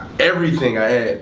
everything i had,